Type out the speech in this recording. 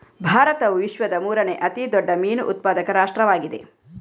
ಭಾರತವು ವಿಶ್ವದ ಮೂರನೇ ಅತಿ ದೊಡ್ಡ ಮೀನು ಉತ್ಪಾದಕ ರಾಷ್ಟ್ರವಾಗಿದೆ